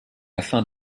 afin